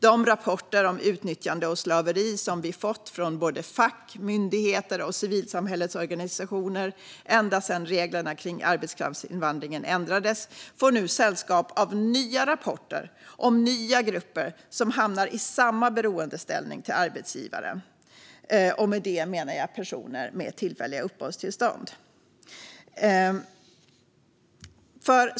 De rapporter om utnyttjande och slaveri som vi fått från fack, myndigheter och civilsamhällets organisationer ända sedan reglerna kring arbetskraftsinvandringen ändrades får nu sällskap av nya rapporter om nya grupper som hamnar i samma beroendeställning till arbetsgivaren, och med det menar jag personer med tillfälliga uppehållstillstånd.